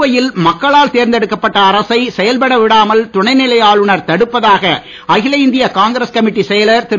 புதுவையில் மக்களால் தேர்ந்தெடுக்கப்பட்ட அரசை செயல்பட விடாமல் துணைநிலை ஆளுனர் தடுப்பதாக அகில இந்திய காங்கிரஸ் கமிட்டி செயலர் திரு